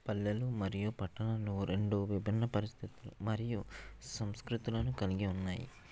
పల్లెలు మరియు పట్టణాల్లో రెండు విభిన్న పరిస్థితులు మరియు సంస్కృతులను కలిగి ఉన్నాయి